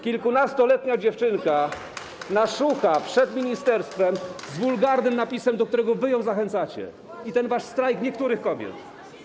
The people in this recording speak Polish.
Kilkunastoletnia dziewczynka na Szucha przed ministerstwem z wulgarnym napisem, do którego zachęcacie ją wy i ten wasz strajk niektórych kobiet.